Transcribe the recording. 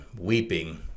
weeping